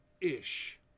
ish